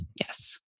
Yes